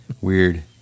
Weird